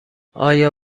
آیا